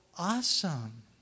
awesome